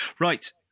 Right